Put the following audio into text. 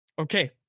Okay